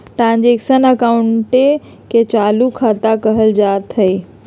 transaction अकाउंटे के चालू खता कहल जाइत हइ